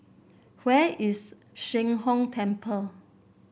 where is Sheng Hong Temple